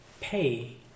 pay